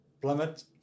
plummet